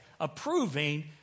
approving